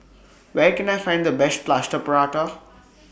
Where Can I Find The Best Plaster Prata